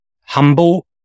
humble